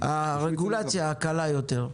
הרגולציה קלה יותר.